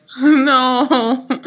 no